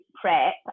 prep